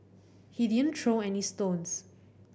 he didn't throw any stones